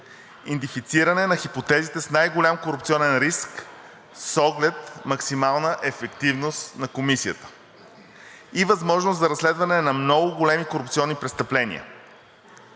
идентифициране на хипотезите с най-голям корупционен риск с оглед максимална ефективност на Комисията; и възможност за разследване на много големи корупционни престъпления.